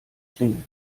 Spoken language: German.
klingel